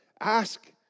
Ask